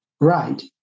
right